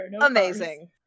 amazing